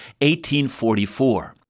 1844